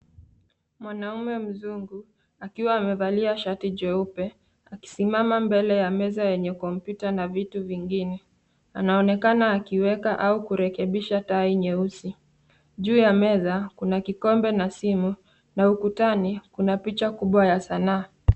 Mwanaume mzungu akiwa amevalia shati jeupe akisimama mbele ya meza yenye kompyuta na vitu vingine . Anaonekana akiweka au kurekebisha tai nyeusi. Juu ya meza, kuna kikombe na simu na ukutani kuna picha kubwa ya sanaa.